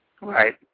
Right